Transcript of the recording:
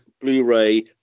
Blu-ray